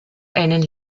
einen